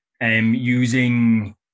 using